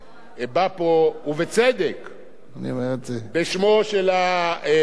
בשמו של המיעוט הלא-יהודי במדינת ישראל,